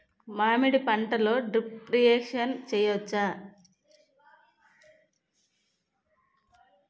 మామిడి పంటలో drip irrigation చేయచ్చా?